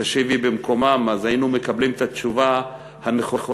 שתשיבי במקומם, אז היינו מקבלים את התשובה הנכונה.